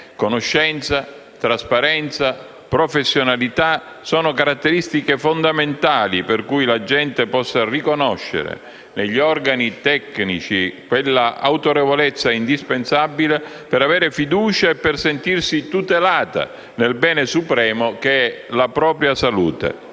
Conoscenza, trasparenza, professionalità sono caratteristiche fondamentali per cui la gente possa riconoscere negli organi tecnici quella autorevolezza indispensabile per avere fiducia e per sentirsi tutelata nel bene supremo che è la propria salute.